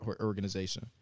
organization